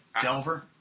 Delver